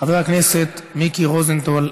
חבר הכנסת מיקי רוזנטל,